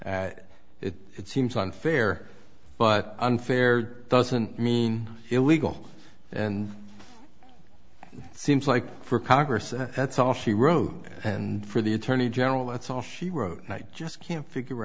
at it it seems unfair but unfair doesn't mean illegal and it seems like for congress and that's all she wrote and for the attorney general that's all she wrote and i just can't figure